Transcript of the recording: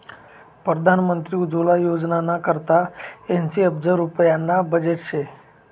परधान मंत्री उज्वला योजनाना करता ऐंशी अब्ज रुप्याना बजेट शे